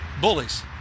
bullies